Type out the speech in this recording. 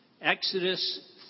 Exodus